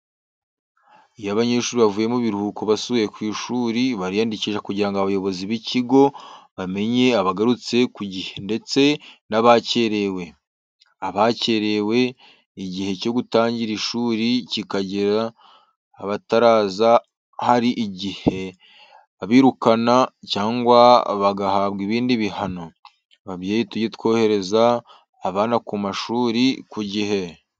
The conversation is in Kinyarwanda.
Iyo abanyeshuri bavuye mu biruhuko basuye ku ishuri bariyandikisha kugira ngo abayobozi b'ikigo bamenye abagarutse ku gihe ndetse n'abakerewe. Abakerewe igihe cyo gutangira ishuri kikagera bataraza hari igihe babirukana cyangwa bagahabwa ibindi bihano. Ababyeyi tujye twohereza abana ku mashuri ku gihe.